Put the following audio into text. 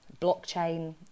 blockchain